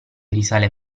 risale